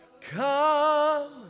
Come